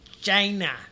China